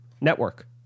network